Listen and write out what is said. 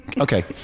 Okay